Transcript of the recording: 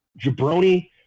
jabroni